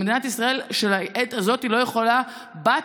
במדינת ישראל של העת הזאת לא יכולה בת